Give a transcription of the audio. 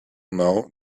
know